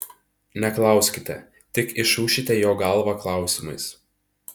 neklauskite tik išūšite jo galvą klausimais